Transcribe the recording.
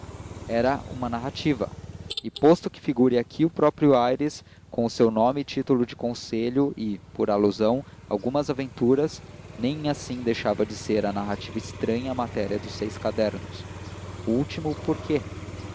era uma narrativa e posto figure aqui o próprio aires com o seu nome e título de conselho e por alusão algumas aventuras nem assim deixava de ser a narrativa estranha à matéria dos seis cadernos último por